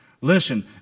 Listen